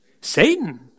Satan